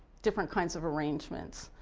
different kinds of arrangements.